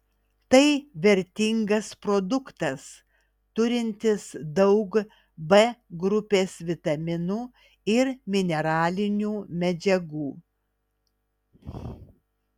tai vertingas produktas turintis daug b grupės vitaminų ir mineralinių medžiagų